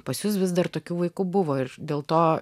pas jus vis dar tokių vaikų buvo ir dėl to